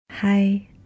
Hi